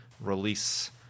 release